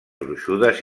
gruixudes